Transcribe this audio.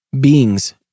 beings